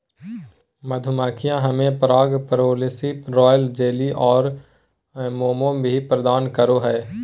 मधुमक्खियां हमें पराग, प्रोपोलिस, रॉयल जेली आरो मोम भी प्रदान करो हइ